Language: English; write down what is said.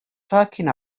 talking